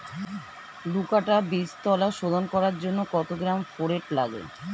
দু কাটা বীজতলা শোধন করার জন্য কত গ্রাম ফোরেট লাগে?